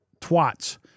twats